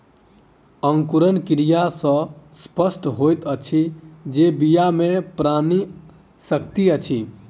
अंकुरण क्रिया सॅ स्पष्ट होइत अछि जे बीया मे प्राण शक्ति अछि